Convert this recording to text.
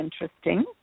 interesting